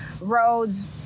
roads